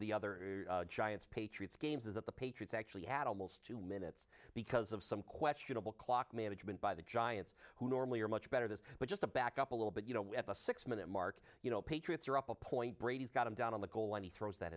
the other giants patriots games is that the patriots actually had almost two minutes because of some questionable clock management by the giants who normally are much better this but just to back up a little bit you know at a six minute mark you know patriots are up a point brady's got him down on the goal line he throws that